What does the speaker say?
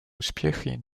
успехи